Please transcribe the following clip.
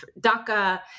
DACA